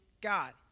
God